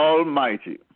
Almighty